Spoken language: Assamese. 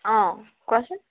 অ কোৱাচোন